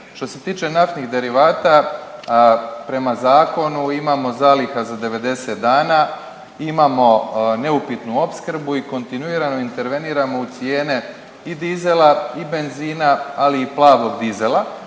Što se tiče naftnih derivata prema zakonu imamo zaliha za 90 dana, imamo neupitnu opskrbu i kontinuirano interveniramo u cijene i dizela i benzina, ali i plavog dizela.